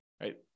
right